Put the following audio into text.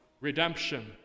redemption